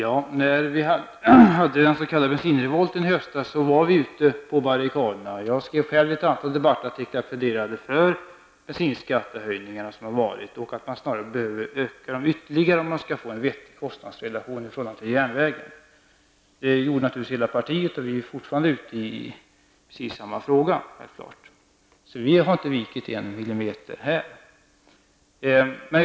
Herr talman! När den s.k. bensinrevolten pågick i höstas, var vi ute på barrikaderna. Jag skrev själv ett antal debattartiklar och pläderade för de bensinskattehöjningar som har varit och att man snarast behövde höja dem ytterligare om man skall kunna få en vettig kostnadsrelation i förhållande till järnvägen. Hela partiet var engagerat i frågan då och det är vi naturligtvis fortfarande. Vi har inte vikit en millimeter på den punkten!